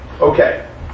Okay